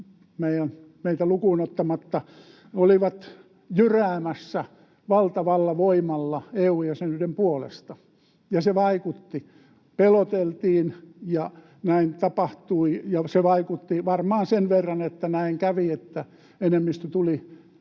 meitä lukuun ottamatta olivat jyräämässä valtavalla voimalla EU-jäsenyyden puolesta, ja se vaikutti. Peloteltiin, ja näin tapahtui, ja se vaikutti varmaan sen verran, että näin kävi, että enemmistö tuli jäsenyyden